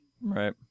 Right